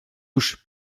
już